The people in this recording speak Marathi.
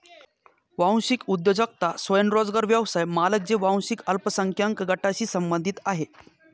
वांशिक उद्योजकता स्वयंरोजगार व्यवसाय मालक जे वांशिक अल्पसंख्याक गटांशी संबंधित आहेत